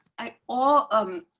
i all i'm